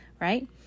right